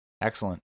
Excellent